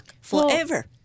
forever